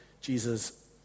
Jesus